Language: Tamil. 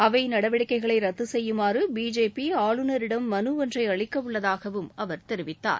அவை நடவடிக்கைகளை ரத்து செய்யுமாறு பிஜேபி ஆளுநரிடம் மனு ஒன்றை அளிக்கவுள்ளதாகவும் அவர் தெரிவித்தார்